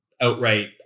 outright